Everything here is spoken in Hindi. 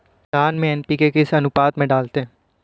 धान में एन.पी.के किस अनुपात में डालते हैं?